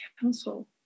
council